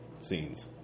scenes